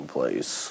Place